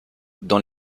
dans